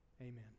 Amen